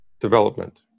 development